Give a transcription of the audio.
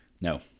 No